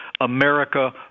America